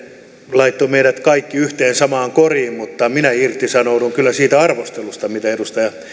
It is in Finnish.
laittoi meidät kaikki yhteen samaan koriin mutta minä irtisanoudun kyllä siitä arvostelusta mitä edustaja